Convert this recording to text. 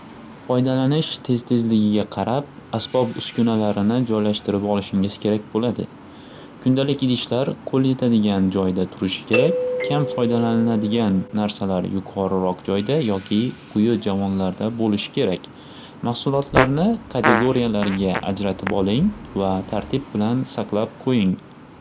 Foydalanish tez tezligiga qarab asbob uskunalarini joylashtirib olishingiz kerak bo'ladi. Kundalik idishlar qo'l yetadigan joyda turishi kerak kam foydalaniladigan narsalar yuqoriroq joyda yoki quyi javonlarda bo'lishi kerak. Maxsulotlarni katigoriyalariga ajratib oling va tartib bilan saqlab qo'ying.